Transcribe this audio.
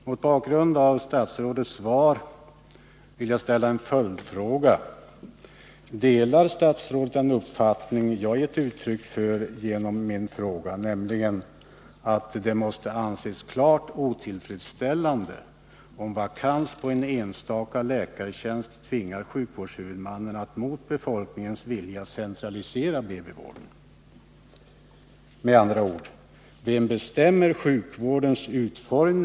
Mot bakgrund av statsrådets svar vill jag ställa en följdfråga: Delar statsrådet den uppfattning jag gett uttryck för i min fråga, nämligen att det måste anses klart otillfredsställande om vakans på en enstaka läkartjänst tvingar sjukvårdshuvudmannen att mot befolkningens vilja centralisera BB-vården? Med andra ord: Vem bestämmer sjukvårdens utformning?